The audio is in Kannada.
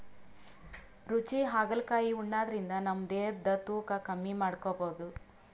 ರುಚಿ ಹಾಗಲಕಾಯಿ ಉಣಾದ್ರಿನ್ದ ನಮ್ ದೇಹದ್ದ್ ತೂಕಾ ಕಮ್ಮಿ ಮಾಡ್ಕೊಬಹುದ್